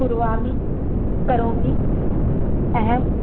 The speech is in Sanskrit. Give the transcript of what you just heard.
कुर्वामि करोमि अहं